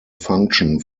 function